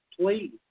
please